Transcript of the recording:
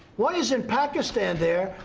why isn't pakistan there,